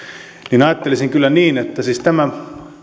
niin ajattelisin kyllä niin että siis tämä